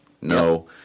No